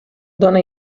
dóna